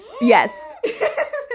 Yes